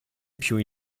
più